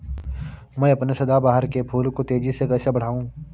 मैं अपने सदाबहार के फूल को तेजी से कैसे बढाऊं?